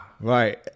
right